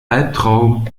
albtraum